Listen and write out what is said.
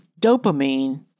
dopamine